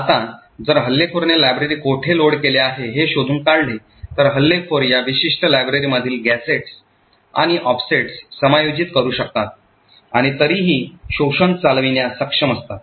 आता जर हल्लेखोर ने लायब्ररी कोठे लोड केले आहे हे शोधून काढले तर हल्लेखोर या विशिष्ट लायब्ररीमधील गॅझेट आणि ऑफसेट समायोजित करू शकतात आणि तरीही शोषण चालविण्यास सक्षम असतात